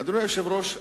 אדוני היושב-ראש,